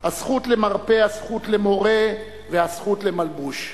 הזכות למרפא, הזכות למורה והזכות למלבוש.